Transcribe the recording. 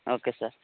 okay sir